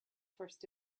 first